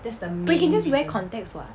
but you can just wear contacts [what]